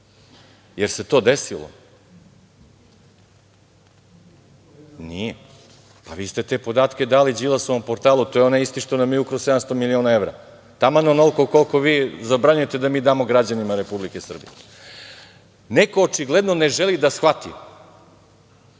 li se to desilo? Nije. Vi ste te podatke dali Đilasovom portalu. To je onaj isti što nam je ukrao 700 miliona evra. Taman onoliko koliko vi zabranjujete da mi dao građanima Republike Srbije. Neko očigledno ne želi da shvati